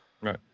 Right